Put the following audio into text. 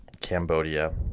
Cambodia